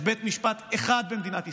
יש בית משפט אחד במדינת ישראל,